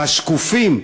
בשקופים,